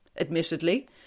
admittedly